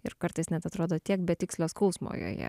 ir kartais net atrodo tiek betikslio skausmo joje